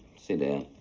sit down.